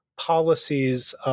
policies